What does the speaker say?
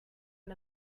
and